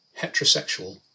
heterosexual